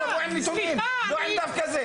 הם צריכים לבוא עם נתונים, לא עם דף כזה.